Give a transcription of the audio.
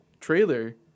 trailer